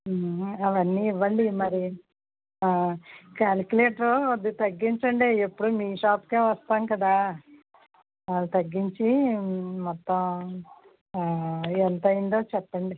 అవన్నీ ఇవ్వండి మరి కాలిక్యులేటర్ కొద్దిగా తగ్గించండి ఎప్పుడూ మీ షాప్కే వస్తాం కదా తగ్గించి మొత్తం ఎంత అయిందో చెప్పండి